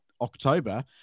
October